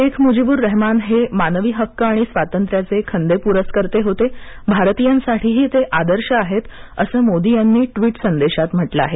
शेख मूजीवुर रहमान हे मानवी हक्क आणि स्वातंत्र्याचे खंदे पुरस्कर्ते होते भारतीयांसाठीही ते आदर्श आहेत असं मोदी यांनी टवीट् संदेशात म्हटलं आहे